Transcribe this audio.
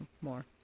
more